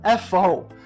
FO